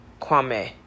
Kwame